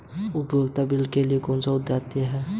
उपयोगिता बिलों के लिए कौन उत्तरदायी है?